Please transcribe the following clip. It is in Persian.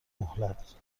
مهلت